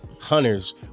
hunters